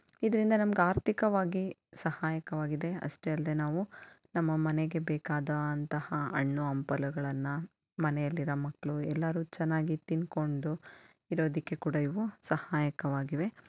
ಇದರಿಂದ ನಮ್ಗೆ ಆರ್ಥಿಕವಾಗಿ ಸಹಾಯಕವಾಗಿದೆ ಅಷ್ಟೇ ಅಲ್ಲದೆ ನಾವು ನಮ್ಮ ಮನೆಗೆ ಬೇಕಾದಂತಹ ಹಣ್ಣು ಹಂಪಲುಗಳನ್ನ ಮನೆಯಲ್ಲಿ ನಮ್ಮ ಮಕ್ಕಳು ಎಲ್ಲರು ಚೆನ್ನಾಗಿ ತಿಂದ್ಕೊಂಡು ಇರೋದಕ್ಕೆ ಕೂಡ ಇವು ಸಹಾಯಕವಾಗಿವೆ